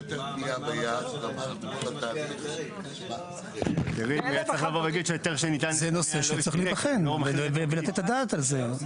זה נושא שצריך להיבחן ולתת את הדעת על זה.